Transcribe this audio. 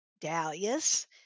dahlias